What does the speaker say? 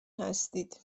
هستید